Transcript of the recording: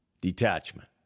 detachment